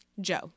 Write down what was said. Joe